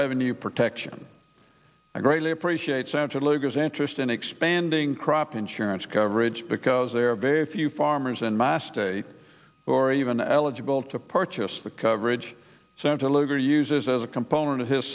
revenue protection i greatly appreciate senator lugar's interest in expanding crop insurance coverage because there are very few farmers in mass day or even eligible to purchase the coverage center luger uses as a component of his